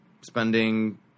spending –